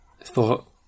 thought